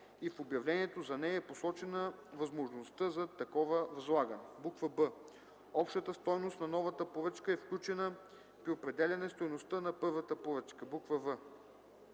и в обявлението за нея е посочена възможността за такова възлагане; б) общата стойност на новата поръчка е включена при определяне стойността на първата поръчка; в)